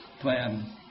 plan